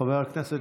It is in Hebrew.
חבר הכנסת